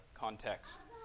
context